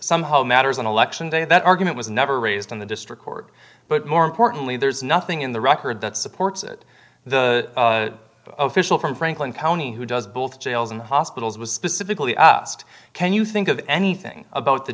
somehow matters on election day that argument was never raised in the district court but more importantly there's nothing in the record that supports it the official from franklin county who does both jails and hospitals was specifically asked can you think of anything about the